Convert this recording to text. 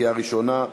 בקריאה ראשונה.